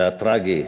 והטרגי.